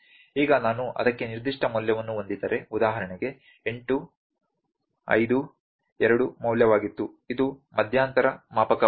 ಈಗ ನಾನು ಅದಕ್ಕೆ ನಿರ್ದಿಷ್ಟ ಮೌಲ್ಯವನ್ನು ಹೊಂದಿದ್ದರೆ ಉದಾಹರಣೆಗೆ 8 5 2 ಮೌಲ್ಯವಾಗಿತ್ತು ಇದು ಮಧ್ಯಂತರ ಮಾಪಕವಾಗಿದೆ